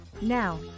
Now